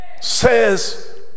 says